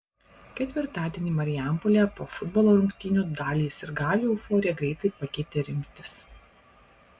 ketvirtadienį marijampolėje po futbolo rungtynių daliai sirgalių euforiją greitai pakeitė rimtis